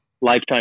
lifetime